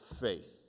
faith